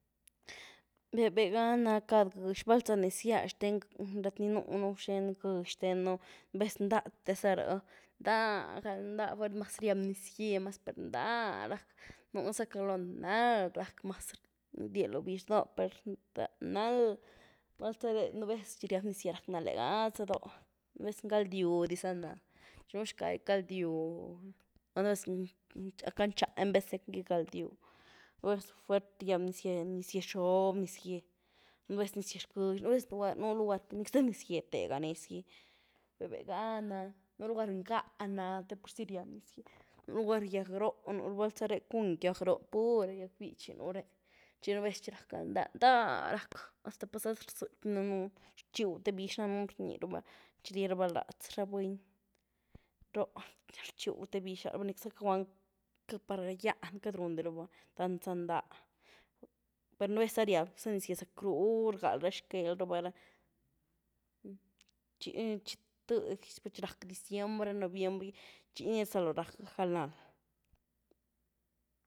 Vë-vëh gá na cad gëx, val za nez-gýa xten lat nii núnu xten gëx xtennu nú vez ndáte za ry, ndá galndá, mas riab niz-gye, mas per ndáh rack, nú za calóh náld rack mas rdyew lo bix doh per nald, val zar eh nú vez txi riab nix-gye racknaldë gá za dóh nú vez ngaldyw dis za nald txi nú xkay ngaldyw dis za nah, txi nú xkay ngaldyw, gulá nú vez lacká ndxá en vez de gygaldyw, nú vez fuert riab niz-gye, niz-gye xob, niz-gye, nú vez niz-gye këex, nú vez lugar, nú lugar nickzá niz-gye tëega nez gy, vë-vëh gá nanny, nú lugar ngá nany, per purzy riab niz-gye, nú lugar gyag róh, val zá reh ¿cun gyag róh?, pur gyag bítxy nú ré, txi núh vez txi rack galndá, ndaa´rack, hasta pa’zá rzëky teni danëen rtxiwtë bix danëen rni rabá txi rie rabá látz, ra buny róh rtxiw te bix lá rabá nickzá par gy´aan queity rundy rabá gan, tan za ndáa, per nu’ vez za riab za niz-gye zackruu rgal ra xquel raba ra, txi ni txi tëedy, txi rack diciembre, noviembre gy txi nii rzalóh rack galnald.